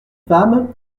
femme